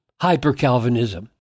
hyper-Calvinism